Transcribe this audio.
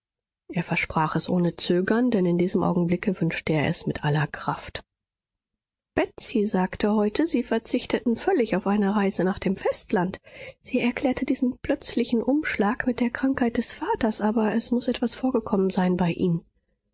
er versprach es ohne zögern denn in diesem augenblicke wünschte er es mit aller kraft betsy sagte heute sie verzichteten völlig auf eine reise nach dem festland sie erklärte diesen plötzlichen umschlag mit der krankheit des vaters aber es muß etwas vorgekommen sein bei ihnen